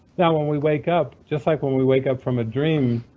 now when we wake up, just like when we wake up from a dream,